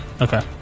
Okay